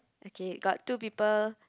okay got two people